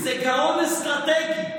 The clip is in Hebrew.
זה גאון אסטרטגי.